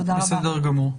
בסדר.